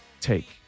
take